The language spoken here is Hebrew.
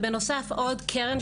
ובנוסף עוד קרן,